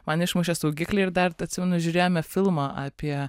man išmušė saugiklį ir dar atsimenu žiūrėjome filmą apie